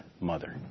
mother